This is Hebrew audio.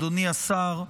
אדוני השר,